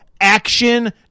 action